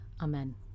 Amen